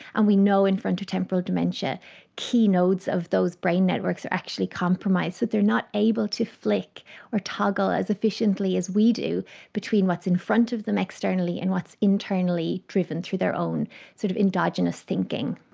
and we know in frontotemporal dementia key notes of those brain networks are actually compromised, so but they're not able to flick or toggle as efficiently as we do between what's in front of them externally and what's internally driven through their own sort of endogenous thinking.